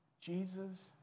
Jesus